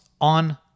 on